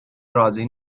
راضی